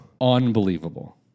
unbelievable